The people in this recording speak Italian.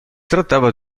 trattava